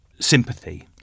sympathy